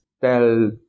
tell